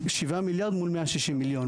שבעה מיליארד מול 160 מיליון,